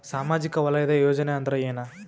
ಸಾಮಾಜಿಕ ವಲಯದ ಯೋಜನೆ ಅಂದ್ರ ಏನ?